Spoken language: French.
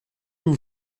vous